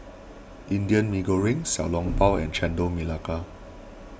Indian Mee Goreng Xiao Long Bao and Chendol Melaka